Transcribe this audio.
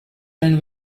and